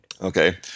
Okay